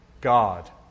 God